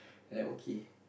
then okay